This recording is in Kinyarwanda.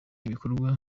ibikorwa